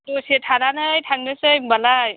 दसे थानानै थांनोसै होनबालाय